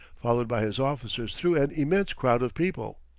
followed by his officers through an immense crowd of people.